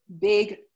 big